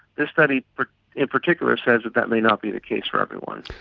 this study in particular says that that may not be the case for everyone.